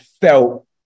felt